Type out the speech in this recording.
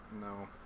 No